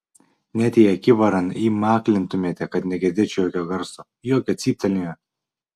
net jei akivaran įmaklintumėte kad negirdėčiau jokio garso jokio cyptelėjimo